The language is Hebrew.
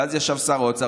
ואז ישב שר אוצר,